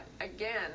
again